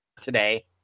today